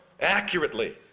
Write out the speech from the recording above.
accurately